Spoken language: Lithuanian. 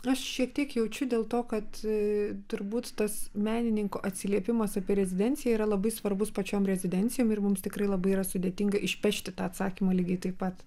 aš šiek tiek jaučiu dėl to kad turbūt tas menininko atsiliepimas apie rezidenciją yra labai svarbus pačiom rezidencijom ir mums tikrai labai yra sudėtinga išpešti atsakymą lygiai taip pat